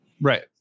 Right